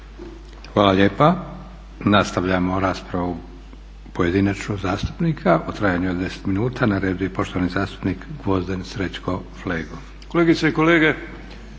Hvala lijepa. Nastavljamo raspravu pojedinačnu zastupnika u trajanju od 10 minuta. Na redu je poštovani zastupnik Gvozden SreĆko Flego. **Flego, Gvozden